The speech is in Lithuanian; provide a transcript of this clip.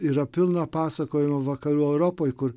yra pilna pasakojimų vakarų europoj kur